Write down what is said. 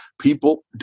people